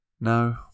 No